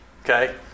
Okay